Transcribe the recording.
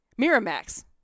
Miramax